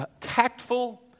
tactful